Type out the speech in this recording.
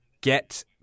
get